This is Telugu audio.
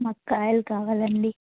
మాకు కాయలు కావాలండి